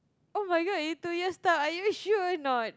[oh]-my-God in two years time are you sure or not